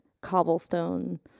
cobblestone